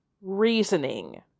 reasoning